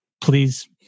please